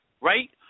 right